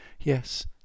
Yes